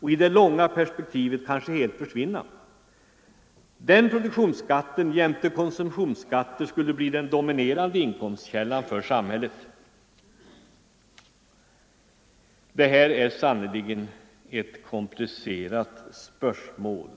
och i det långa perspektivet kanske helt försvinna. Den produktionsskatten jämte konsumtionsskatter skulle bli den dominerande inkomstkällan för samhället. Det här är sannerligen ett komplicerat spörsmål.